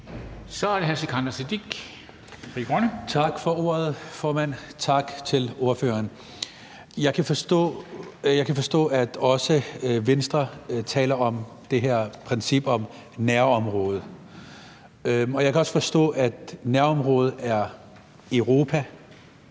Sikandar Siddique (FG): Tak for ordet, formand. Tak til ordføreren. Jeg kan forstå, at også Venstre taler om det her princip om nærområde, og jeg kan også forstå, at vores nærområde er Europa,